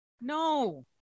No